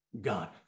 God